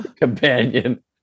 companion